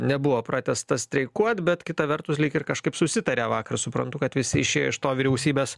nebuvo pratęstas streikuot bet kita vertus lyg ir kažkaip susitaria vakar suprantu kad visi išėjo iš to vyriausybės